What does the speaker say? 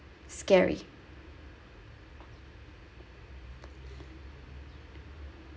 scary